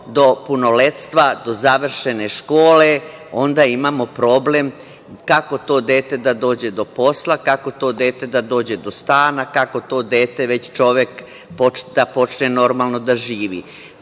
do punoletstva, do završene škole, onda imamo problem kako to dete da dođe do posla, kako to dete da dođe do stana, kako to dete, već čovek, da počne normalno da živi.